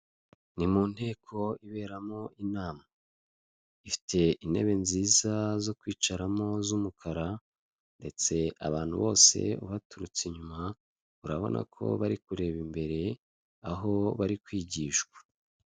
Ni mu nteko iberamo inama, ifite intebe nziza zo kwicaramo z'umukara ndetse abantu bose baturutse inyuma urabona ko bari kureba imbere aho bari kwigishwa.